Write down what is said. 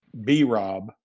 B-Rob